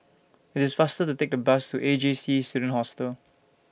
IT IS faster to Take The Bus to A J C Student Hostel